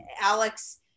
Alex –